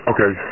Okay